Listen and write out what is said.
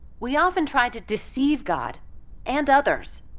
we often try to deceive god and others.